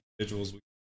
individuals